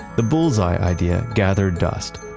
the bullseye idea gathered dust.